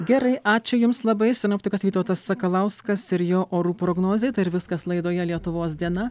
gerai ačiū jums labai sinoptikas vytautas sakalauskas ir jo orų prognozė ir viskas laidoje lietuvos diena